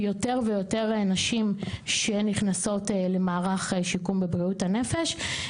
יותר ויותר נשים שנכנסות למערך שיקום בבריאות הנפש.